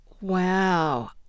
Wow